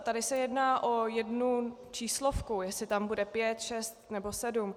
Tady se jedná o jednu číslovku, jestli tam bude pět, šest, nebo sedm.